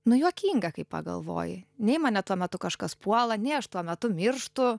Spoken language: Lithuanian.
nu juokinga kai pagalvoji nei mane tuo metu kažkas puola nei aš tuo metu mirštu